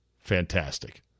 fantastic